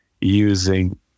using